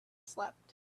slept